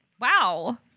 Wow